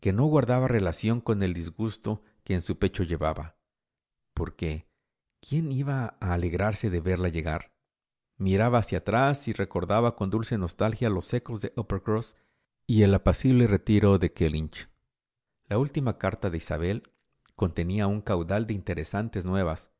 no guardaba relación con el disgusto que en su pecho llevaba porque quién iba a alegrarse de verla llegar miraba hacia atrás y recordaba con dulce nostalgia los ecos de uppevcross y el apacible retiro de kellynch la última carta de isabel contenía un caudal de interesantes nuevas